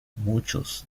muchos